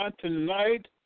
tonight